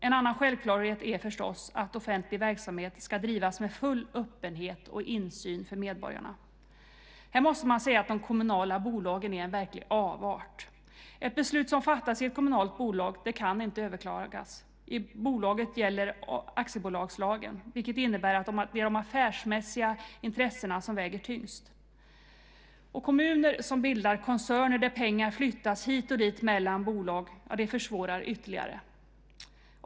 En annan självklarhet är förstås att offentlig verksamhet ska drivas med full öppenhet och insyn för medborgarna. Här måste man säga att de kommunala bolagen är en verklig avart. Ett beslut som fattas i ett kommunalt bolag kan inte överklagas. I bolaget gäller aktiebolagslagen, vilket innebär att det är de affärsmässiga intressena som väger tyngst. Kommuner som bildar koncerner där pengar flyttas hit och dit mellan bolag försvårar ytterligare.